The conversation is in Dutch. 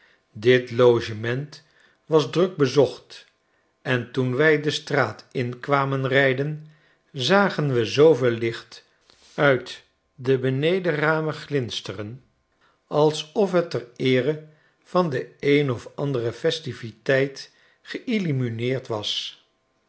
dit logement was druk bezocht en toen wij de straat in kwamen rijden zagen we zooveel licht uit de benedenramen glinsteren alsof het ter eere van de een of andere festiviteit geillumineerd was